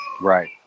right